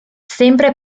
sempre